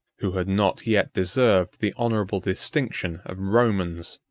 who had not yet deserved the honorable distinction of romans.